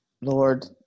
Lord